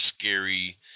scary